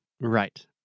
Right